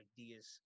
ideas